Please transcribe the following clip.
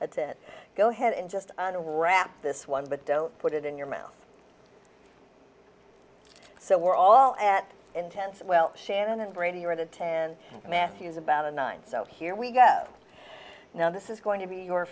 at it go ahead and just wrap this one but don't put it in your mouth so we're all at intense well shannon and brady are the ten matthews about a nine so here we go now this is going to be your